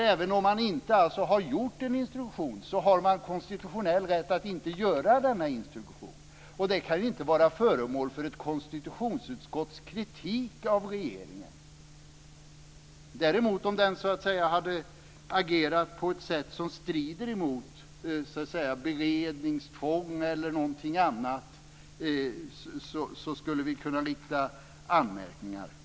Även om man inte har gjort någon instruktion har man konstitutionell rätt att inte göra instruktionen. Det kan inte vara föremål för ett konstitutionsutskotts kritik av regeringen. Om den däremot hade agerat på ett sätt som strider mot berednings tvång eller något sådant hade vi kunnat rikta anmärkningar.